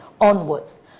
onwards